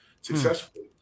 successfully